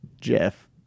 Jeff